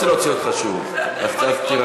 אני לא רוצה להוציא אותך שוב, אז תירגע.